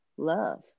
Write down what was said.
love